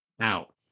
out